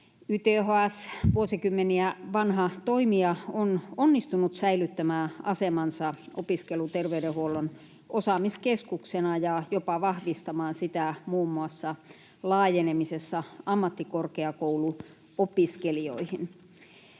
YTHS, vuosikymmeniä vanha toimija, on onnistunut säilyttämään asemansa opiskeluterveydenhuollon osaamiskeskuksena ja jopa vahvistamaan sitä muun muassa laajenemalla ammattikorkeakouluopiskelijoihin.